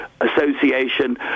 Association